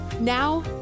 Now